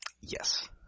yes